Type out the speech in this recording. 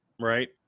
right